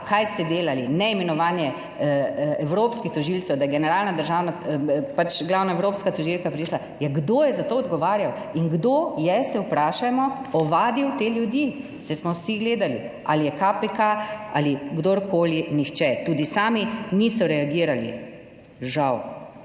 kaj ste delali, ne imenovanje evropskih tožilcev, da je generalna državna, pač glavna evropska tožilka prišla. Ja, kdo je za to odgovarjal? In, kdo je, se vprašajmo, ovadil te ljudi? Saj smo vsi gledali. Ali je KPK ali kdorkoli? Nihče. Tudi sami niso reagirali, žal.